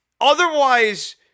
otherwise